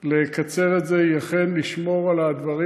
לקצר את זה היא אכן לשמור על הדברים.